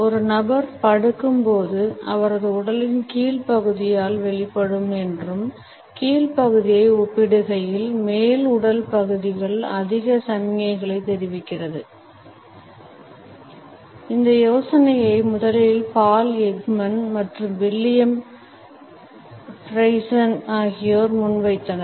ஒரு நபர் படுக்கும் போது அவரது உடலின் கீழ் பகுதியால் வெளிப்படும் என்றும் கீழ் பகுதியை ஒப்பிடுகையில் மேல் உடல் பகுதிகள் அதிக சமிக்ஞைகளைத் தெரிவிக்கிறது இந்த யோசனையை முதலில் பால் எக்மன் மற்றும் வில்லியம் ஃப்ரைசென் ஆகியோர் முன்வைத்தனர்